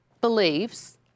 believes